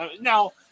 Now